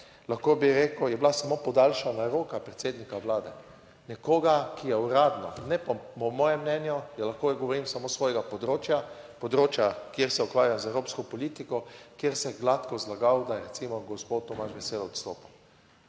lahko bi rekel, je bila samo podaljšana roka predsednika Vlade. Nekoga, ki je uradno, ne po mojem mnenju, lahko govorim samo s svojega področja, področja, kjer se ukvarja z evropsko politiko, kjer se je gladko zlagal, da je recimo gospod Tomaž Vesel odstopil.